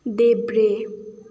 देब्रे